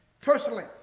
personally